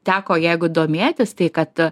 teko jeigu domėtis tai kad